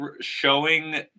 showing